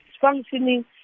functioning